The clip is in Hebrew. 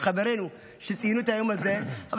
חברינו שציינו את היום הזה.